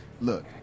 Look